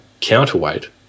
counterweight